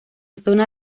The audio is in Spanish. zona